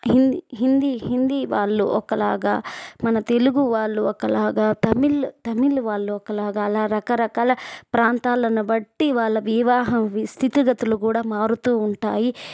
హింద్ హిందీ హిందీ వాళ్ళు ఒకలాగా మన తెలుగు వాళ్ళు ఒకలాగా తమిళ్ తమిళ్ వాళ్ళు ఒకలాగా అలా రకరకాల ప్రాంతాలను బట్టి వాళ్ళ వివాహం స్థితిగతులు కూడా మారుతూ ఉంటాయి